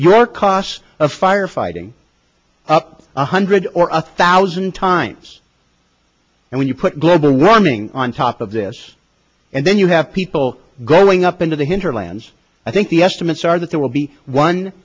your costs of firefighting up one hundred or a thousand times and when you put global warming on top of this and then you have people growing up into the hinterlands i think the estimates are that there will be one